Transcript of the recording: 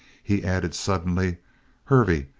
he added suddenly hervey,